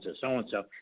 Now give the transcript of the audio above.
so-and-so